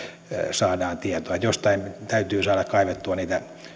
saadaan tietoa jostain täytyy saada kaivettua niitä